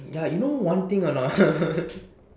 ya you know one thing or not